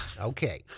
Okay